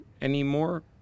anymore